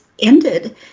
ended